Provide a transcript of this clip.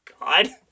god